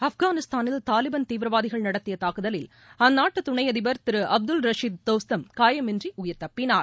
ஆப்கானிஸ்தானில் தாலிபாள் தீவிரவாதிகள் நடத்தியதாக்குதலில் அந்நாட்டுதுணைஅதிபர் கிரு அப்துல் ரஷீத் தோஸ்தம் காயமின்றிஉயிர்த்தப்பினார்